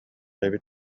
эбит